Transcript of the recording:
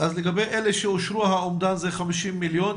אז לגבי אלה שאושרו, האומדן זה 50 מיליון.